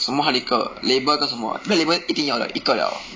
什么 hard liquor label 跟什么 black label 一定要的一个了